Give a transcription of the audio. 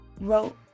wrote